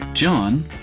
John